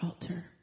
altar